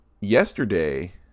Yesterday